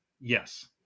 Yes